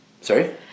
Sorry